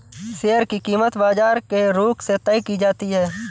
share की कीमत बाजार के रुख से तय की जाती है